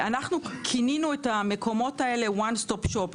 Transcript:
אנחנו כינינו את המקומות One Stop Shop.